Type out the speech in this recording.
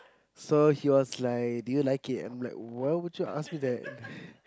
so he was like do you like it I'm like why would you ask me that